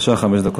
בבקשה, חמש דקות.